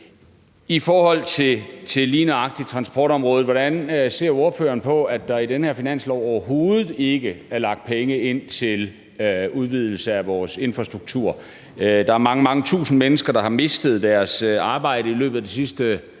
I forhold til lige nøjagtig transportområdet vil jeg høre, hvordan ordføreren ser på, at der i den her finanslov overhovedet ikke er lagt penge ind til udvidelse af vores infrastruktur. Der er mange, mange tusind mennesker, der har mistet deres arbejde i løbet af det sidste